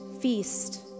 feast